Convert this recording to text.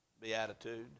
beatitude